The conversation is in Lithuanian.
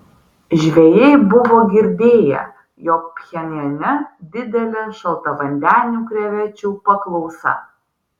žvejai buvo girdėję jog pchenjane didelė šaltavandenių krevečių paklausa